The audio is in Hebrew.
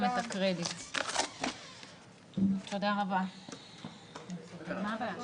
תודה רבה הדיון נעול.